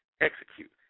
execute